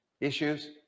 issues